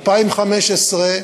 2015,